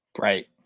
Right